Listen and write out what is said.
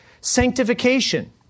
Sanctification